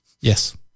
Yes